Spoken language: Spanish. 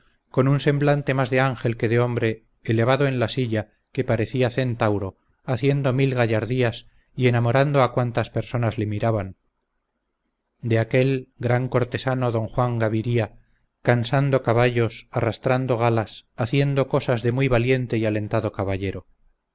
con un semblante más de ángel que de hombre elevado en la silla que parecía centauro haciendo mil gallardías y enamorando a cuantas personas le miraban de aquel gran cortesano don juan gaviria cansando caballos arrastrando galas haciendo cosas de muy valiente y alentado caballero